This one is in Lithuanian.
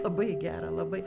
labai gera labai